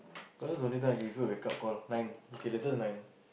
cause this is the only time I gave a wake up call nine okay latest nine